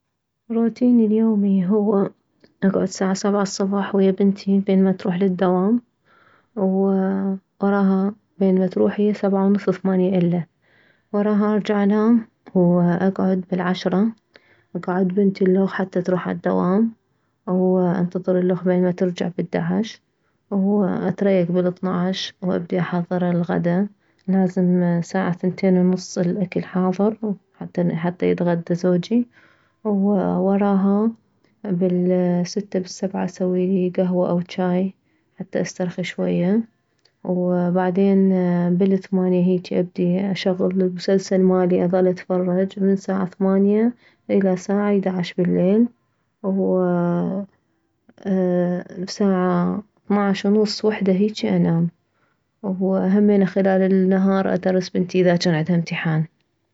روتيني اليومي هو اكعد ساعة سبعة الصبح ويه بنتي بين ما تروح للدوام ووراها بين ما تروح هي سبعة ونص ثمانية الا وراها ارجع انام واكعد بالعشرة اكعد بنتي الخ حتى تروح عالدوام وانتظر الخ بين ما ترجع بالدعش واتريك بالثناعش وابدي احضر الغدة لازم ساعة ثنتين ونص الاكل حاضر حتى حتى يتغده زوجي ووراها بالستة بالسبعة اسويلي كهوة او جاي حتى استرخي شوية وبعدين بالثمانية هيجي ابدي اشغل المسلسل مالي اظل اتفرج من ساعة ثمانية الى ساعة احدعش بالليل وساعة اثناعش ونص وحدة هيج بالليل انام وهمين خلال النهار ادري بنتي اذا جان عدها امتحان